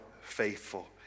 faithful